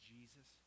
Jesus